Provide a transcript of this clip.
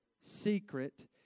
secret